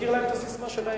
אזכיר לך את הססמה שלהם,